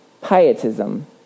Pietism